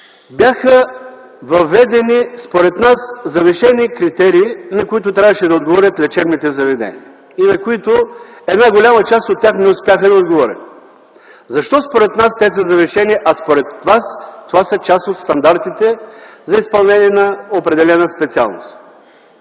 бяха въведени според нас завишени критерии, на които трябваше да отговорят лечебните заведения и на които една голяма част от тях не успяха да отговорят. Защо според нас те са завишени, а според вас това са част от стандартите за изпълнение на определена специалност?